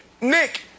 Nick